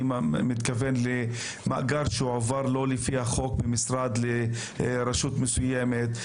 אני מתכוון למאגר שהועבר לא לפי חוק ממשרד לרשות מסוימת,